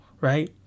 right